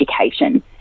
education